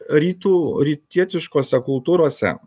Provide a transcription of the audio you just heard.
rytų rytietiškose kultūrose